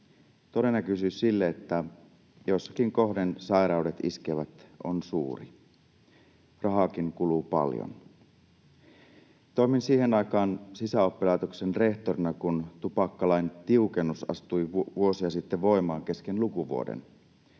Todennäköisyys sille, että jossakin kohden sairaudet iskevät, on suuri. Rahaakin kuluu paljon. Toimin siihen aikaan sisäoppilaitoksen rehtorina, kun tupakkalain tiukennus astui vuosia sitten voimaan kesken lukuvuoden.